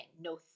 no